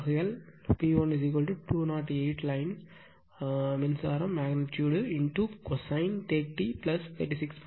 ஆகையால் B 1 208 line மின்சாரம் magnitude cosine 30 36